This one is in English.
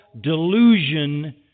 delusion